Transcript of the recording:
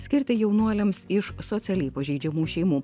skirti jaunuoliams iš socialiai pažeidžiamų šeimų